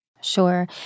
Sure